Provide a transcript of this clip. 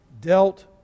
dealt